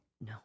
No